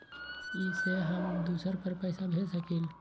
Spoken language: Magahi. इ सेऐ हम दुसर पर पैसा भेज सकील?